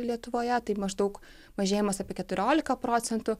lietuvoje taip maždaug mažėjimas apie keturiolika procentų